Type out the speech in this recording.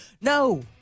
no